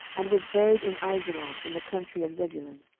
and was buried in aijalon in the country of zebulun.